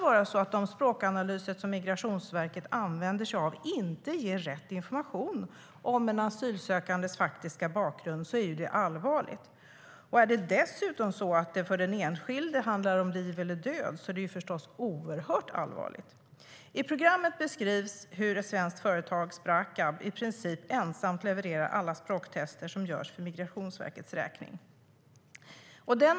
Om de språkanalyser som Migrationsverket använder sig av inte ger rätt information om en asylsökandes faktiska bakgrund är det allvarligt. Är det dessutom så att det för den enskilde handlar om liv eller död är det förstås oerhört allvarligt.I programmet beskrivs hur ett svenskt företag, Sprakab, i princip ensamt levererar alla språktester som görs för Migrationsverkets räkning.